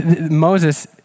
Moses